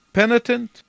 penitent